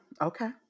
okay